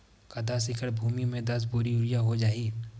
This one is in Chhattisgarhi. का दस एकड़ भुमि में दस बोरी यूरिया हो जाही?